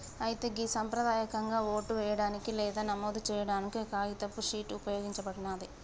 అయితే గి సంప్రదాయకంగా ఓటు వేయడానికి లేదా నమోదు సేయాడానికి కాగితపు షీట్ ఉపయోగించబడినాది